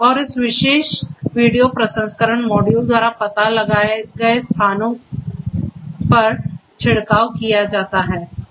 और इस विशेष वीडियो प्रसंस्करण मॉड्यूल द्वारा पता लगाए गए स्थानों के पर छिड़काव किया जाता है